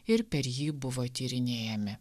ir per jį buvo tyrinėjami